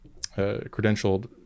credentialed